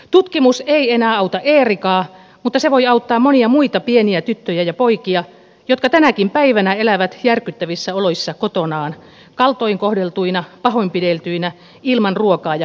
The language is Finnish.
tutkimus ei enää auta eerikaa mutta se voi auttaa monia muita pieniä tyttöjä ja poikia jotka tänäkin päivänä elävät järkyttävissä oloissa kotonaan kaltoin kohdeltuina pahoinpideltyinä ilman ruokaa ja hoivaa